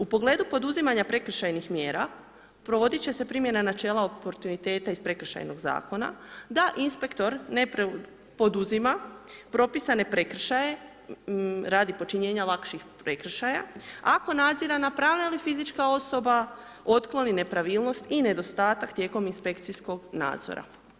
U pogledu poduzimanja prekršajnih mjera provodit će se primjena načela ... iz prekršajnog zakona da inspektor ne poduzima propisane prekršaje radi počinjenja lakših prekršaja ako nadzirana pravna ili fizička osoba otkloni nepravilnost i nedostatak tijekom inspekcijskog nadzora.